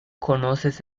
conoces